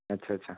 अच्छा अच्छा